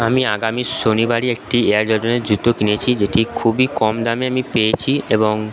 আমি আগামী শনিবারই একটি এয়ারজর্ডনের জুতো কিনেছি যেটি খুবই কম দামে আমি পেয়েছি এবং